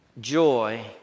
joy